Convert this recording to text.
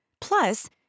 Plus